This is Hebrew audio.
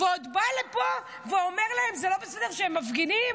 ועוד הוא בא לפה ואומר להם שזה לא בסדר שהם מפגינים?